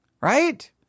Right